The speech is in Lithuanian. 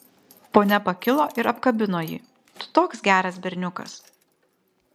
ponia pakilo ir apkabino jį tu toks geras berniukas